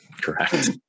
Correct